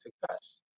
success